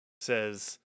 says